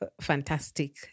fantastic